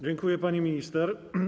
Dziękuję, pani minister.